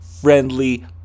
friendly